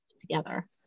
together